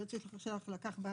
היועץ שלך לקח בה